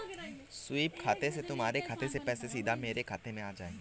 SVEEP खाते से तुम्हारे खाते से पैसे सीधा मेरे खाते में आ जाएंगे